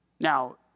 Now